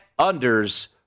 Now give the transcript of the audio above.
unders